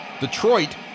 Detroit